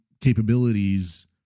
capabilities